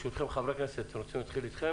חברי הכנסת, אתם רוצים להתייחס?